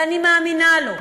ואני מאמינה לו,